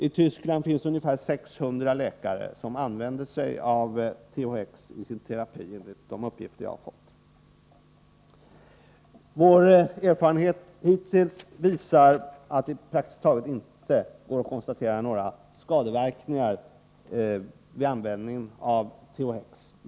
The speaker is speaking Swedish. I Tyskland finns ungefär 600 läkare som använder THX i sin terapi, enligt de uppgifter jag har fått. Vår erfarenhet hittills ger praktiskt taget inga belägg för några skadeverkningar vid användningen av THX.